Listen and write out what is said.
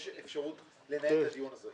יש אפשרות לנהל את הדיון הזה.